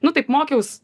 nu taip mokiaus